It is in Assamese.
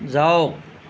যাওক